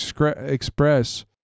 Express